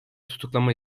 tutuklama